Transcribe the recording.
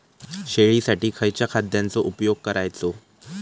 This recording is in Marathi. शेळीसाठी खयच्या खाद्यांचो उपयोग करायचो?